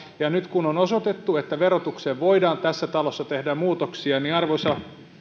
ja nyt kun on osoitettu että verotukseen voidaan tässä talossa tehdä muutoksia niin arvoisa